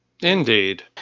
Indeed